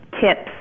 tips